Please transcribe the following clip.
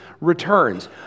returns